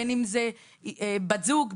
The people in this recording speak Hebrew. בין אם זאת בת זוג,